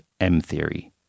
M-theory